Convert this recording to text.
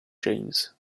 james